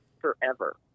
forever